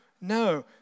no